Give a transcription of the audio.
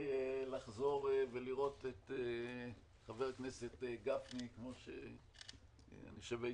לחזור ולראות את חבר הכנסת גפני איתן,